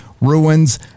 ruins